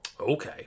Okay